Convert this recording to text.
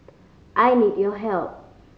I need your help